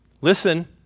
Listen